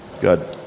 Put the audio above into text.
Good